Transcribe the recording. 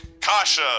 Kasha